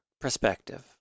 perspective